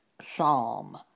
psalm